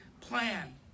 plan